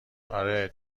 آره